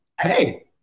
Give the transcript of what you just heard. Hey